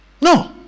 No